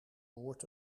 woord